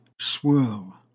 Swirl